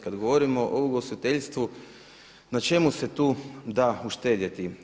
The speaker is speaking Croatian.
Kada govorimo o ugostiteljstvu, na čemu se tu da uštedjeti?